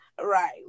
Right